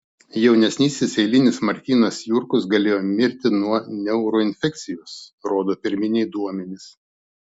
jaunesnysis eilinis martynas jurkus galėjo mirti nuo neuroinfekcijos rodo pirminiai duomenys